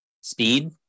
speed